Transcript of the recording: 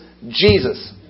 Jesus